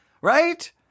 right